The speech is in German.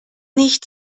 nicht